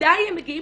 עדיין הם מגיעים